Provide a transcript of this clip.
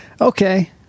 Okay